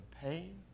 pain